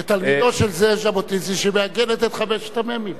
כתלמידו של זאב ז'בוטינסקי שמעגן את חמשת המ"מים.